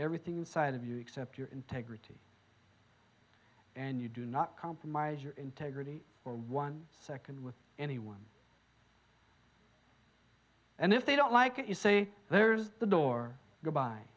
everything inside of you except your integrity and you do not compromise your integrity for one second with anyone and if they don't like it you see there's the door go